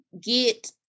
get